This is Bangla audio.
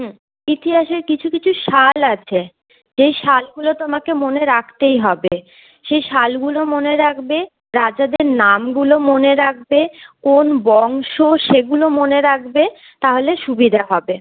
হুম ইতিহাসের কিছু কিছু সাল আছে যেই সালগুলো তোমাকে মনে রাখতেই হবে সেই সালগুলো মনে রাখবে রাজাদের নামগুলো মনে রাখবে কোন বংশ সেগুলো মনে রাখবে তাহলে সুবিধা হবে